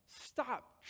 Stop